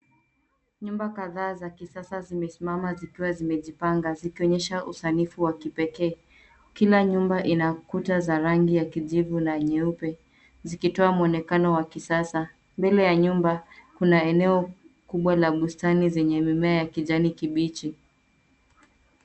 Nyumba kadhaa za kisasa zimesimama zikiwa zimejipanga, zikionyesha usanifu wa kipekee. Kila nyumba ina kuta za rangi ya kijivu na nyeupe, zikitoa muonekano wa kisasa. Mbele ya nyumba, kuna eneo kubwa la bustani zenye mimea ya kijani kibichi.